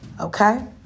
okay